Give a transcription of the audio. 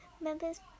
members